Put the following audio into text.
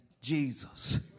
Jesus